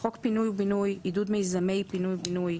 התשנ"ט-1998,